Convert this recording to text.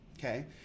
Okay